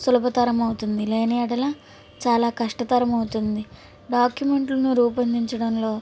సులభతరం అవుతుంది లేని యెడల చాలా కష్టతరం అవుతుంది డాక్యుమెంట్లను రూపొందించడంలో